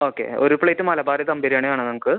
okay ഒര് plate Malabari dum biryani വേണം നമുക്ക്